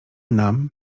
nam